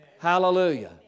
Hallelujah